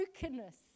brokenness